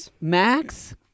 Max